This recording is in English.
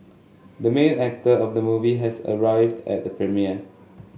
the main actor of the movie has arrived at the premiere